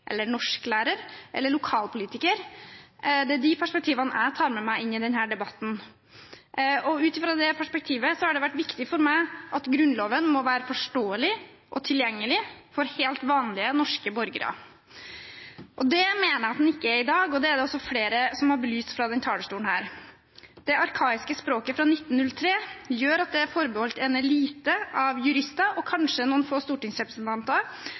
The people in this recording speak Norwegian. de perspektivene har det vært viktig for meg at Grunnloven må være forståelig og tilgjengelig for helt vanlige, norske borgere. Det mener jeg at den ikke er i dag, og det er det også flere som har belyst fra denne talerstolen. Det arkaiske språket fra 1903 gjør at det er forbeholdt en elite av jurister og kanskje noen få stortingsrepresentanter